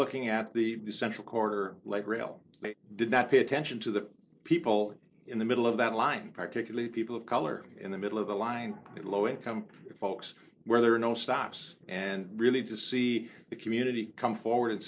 looking at the central quarter liberal did not pay attention to the people in the middle of that line particularly people of color in the middle of the line and low income folks where there are no stops and really to see the community come forward and